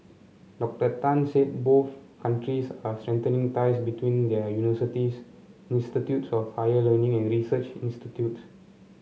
Doctor Tang said both countries are strengthening ties between their universities institutes of higher learning and research institutes